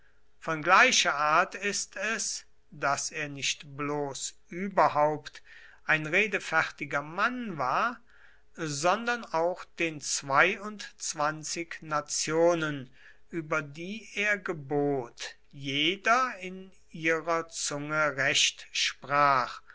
von gleicher art ist es daß er nicht bloß überhaupt ein redefertiger mann war sondern auch den zweiundzwanzig nationen über die er gebot jeder in ihrer zunge